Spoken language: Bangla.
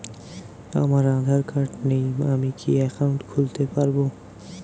আমার আধার কার্ড নেই আমি কি একাউন্ট খুলতে পারব?